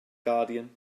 guardian